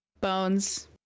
bones